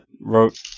wrote